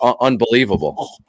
unbelievable